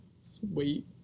Sweet